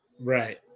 right